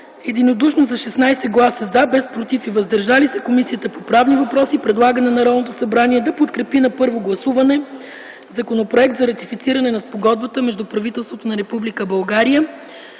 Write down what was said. единодушно с 16 гласа „за”, без „против” и „въздържали се”, Комисията по правни въпроси предлага на Народното събрание да подкрепи на първо гласуване Законопроект за ратифициране на Спогодбата между правителството на Република